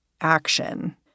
action